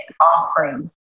offering